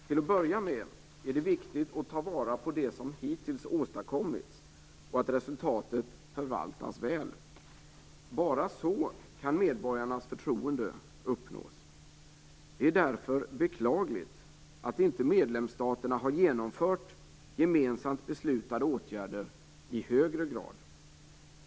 Till att börja med är det viktigt att ta vara på det som hittills har åstadkommits och att resultatet förvaltas väl. Bara så kan medborgarnas förtroende uppnås. Det är därför beklagligt att inte medlemsstaterna har genomfört gemensamt beslutade åtgärder i högre grad.